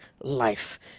life